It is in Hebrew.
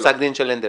מתי פסק הדין של הנדל?